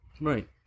Right